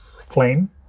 flame